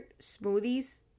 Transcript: smoothies